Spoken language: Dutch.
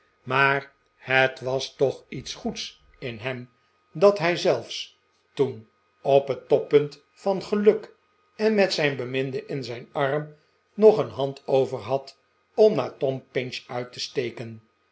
maar het was toch iets goeds in hem dat hij zelfs toen op het toppunt van geluk en met zijn beminde in zijn arm nog een hand overhad om naar tom pinch uit te steken